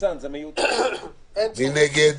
מי נגד?